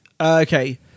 Okay